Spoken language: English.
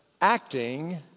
acting